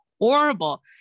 horrible